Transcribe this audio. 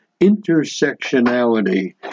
intersectionality